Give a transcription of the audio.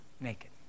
Naked